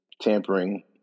tampering